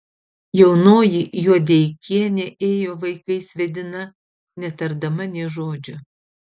jaunoji juodeikienė ėjo vaikais vedina netardama nė žodžio